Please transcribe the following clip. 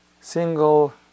single